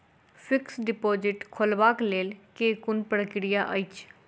Fixed deposit खोलबाक लेल केँ कुन प्रक्रिया अछि?